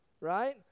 right